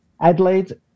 Adelaide